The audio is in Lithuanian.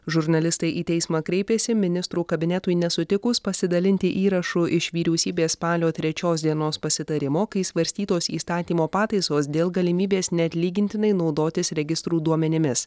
žurnalistai į teismą kreipėsi ministrų kabinetui nesutikus pasidalinti įrašu iš vyriausybės spalio trečios dienos pasitarimo kai svarstytos įstatymo pataisos dėl galimybės neatlygintinai naudotis registrų duomenimis